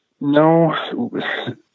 No